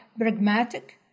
pragmatic